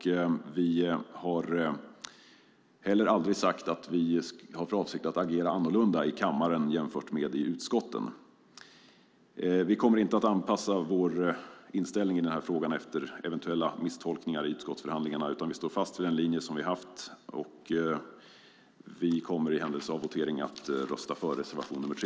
Vi har aldrig sagt att vi har för avsikt att agera annorlunda i kammaren jämfört med i utskotten. Vi kommer inte att anpassa vår inställning i denna fråga efter eventuella misstolkningar i utskottsförhandlingarna, utan vi står fast vid den linje som vi har haft och vi kommer i händelse av votering att rösta för reservation 3.